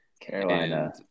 Carolina